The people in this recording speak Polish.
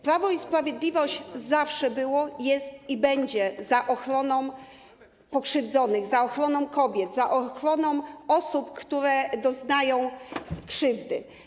Prawo i Sprawiedliwość zawsze było, jest i będzie za ochroną pokrzywdzonych, za ochroną kobiet, za ochroną osób, które doznają krzywdy.